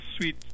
sweet